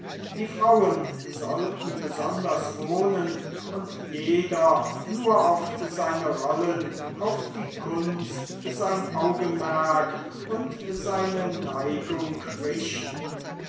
die frauen sollten besonders wohnen und jeder nur auf seine rollen auf die kunst sein augenmerk und seine neigung richten